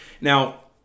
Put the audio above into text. Now